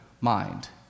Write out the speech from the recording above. mind